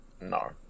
No